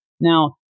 Now